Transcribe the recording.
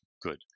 good